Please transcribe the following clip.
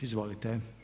Izvolite.